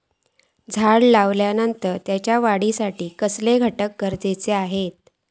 झाड लायल्या ओप्रात त्याच्या वाढीसाठी कसले घटक गरजेचे असत?